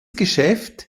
geschäft